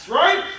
right